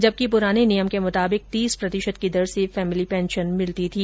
जबकि पुराने नियम के मुताबिक तीस प्रतिशत की दर से फैमेली पेंशन मिलती थी